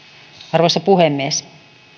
arvoisa puhemies